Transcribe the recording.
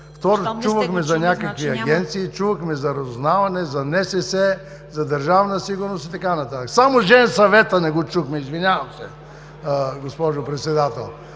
Второ, чувахме за някакви агенции, чувахме за разузнаване, за НСС, за „Държавна сигурност“ и така нататък. Само Женсъвета не го чухме, извинявам се, госпожо Председател!